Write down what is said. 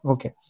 Okay